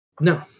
No